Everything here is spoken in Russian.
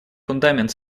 фундамент